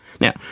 Now